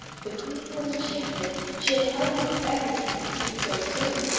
the queen was enchanted. she had hardly expected to succeed so soon,